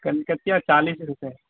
کلکتیا چالیس روپے